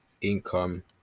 income